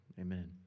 Amen